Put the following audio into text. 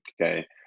Okay